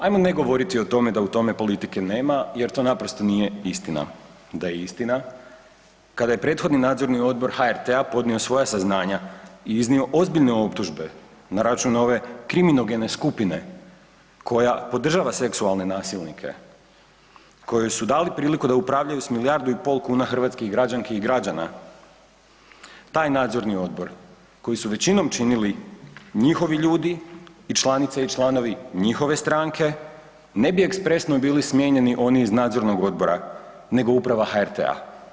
Ajmo ne govoriti o tome da u tome politike nema jer to naprosto nije istina, da je istina kada je prethodni nadzorni odbor HRT-a podnio svoja saznanja i iznio ozbiljne optužbe na račun ove kriminogene skupine koja podržava seksualne nasilnike, kojoj su dali priliku da upravljaju s milijardu i pol kuna hrvatskih građanki i građana, taj nadzorni odbor koji su većinom činili njihovi ljudi i članice i članovi njihove stranke ne bi ekspresno bili smijenjeni oni iz nadzornog odbora nego uprava HRT-a.